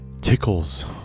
tickles